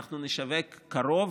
אנחנו נשווק קרוב,